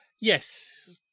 Yes